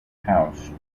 house